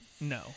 no